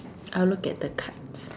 I'll look at the cards